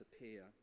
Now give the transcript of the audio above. appear